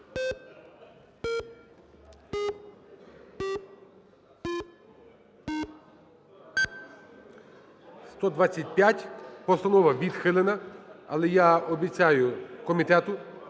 125. Постанова відхилена. Але я обіцяю комітету,